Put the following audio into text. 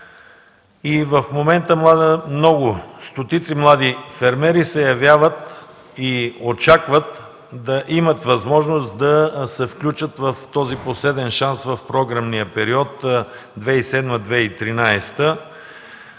В момента стотици млади фермери се явяват и очакват да имат възможност да се включат в този последен шанс в програмния период 2007-2013 г.